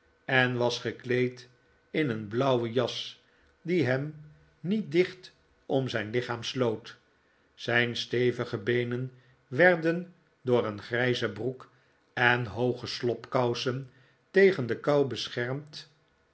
en was gekleed in een blauwe jas die hem niet dicht om zijn lichaam sloot zijn stevige beenen werden door een grijze broek en hooge slobkousen tegen de kou beschermd